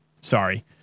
sorry